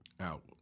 Out